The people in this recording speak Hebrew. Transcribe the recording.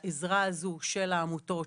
העזרה הזו של העמותות,